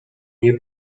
nie